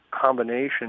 combination